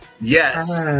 yes